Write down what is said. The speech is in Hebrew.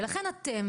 ולכן אתם,